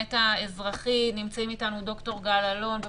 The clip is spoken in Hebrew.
הקבינט האזרחי, נמצאים איתנו ד"ר גל אלון ופרופ'